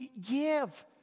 give